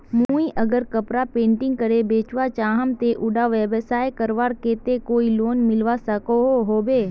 मुई अगर कपड़ा पेंटिंग करे बेचवा चाहम ते उडा व्यवसाय करवार केते कोई लोन मिलवा सकोहो होबे?